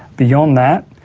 beyond that,